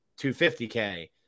250k